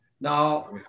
Now